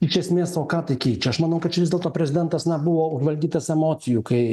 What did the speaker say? iš esmės o ką tai keičia aš manau kad čia vis dėlto prezidentas na buvo užvaldytas emocijų kai